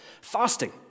fasting